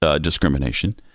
discrimination